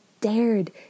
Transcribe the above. dared